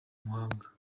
muhanga